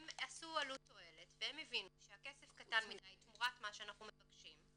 הם עשו עלות /תועלת והם הבינו שהכסף קטן מדי תמורת מה שאנחנו מבקשים.